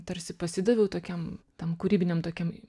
tarsi pasidaviau tokiam tam kūrybiniam tokiam